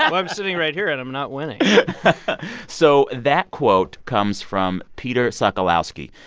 i'm sitting right here. and i'm not winning so that quote comes from peter sokolowski,